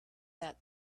that